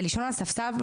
לישון על ספסל.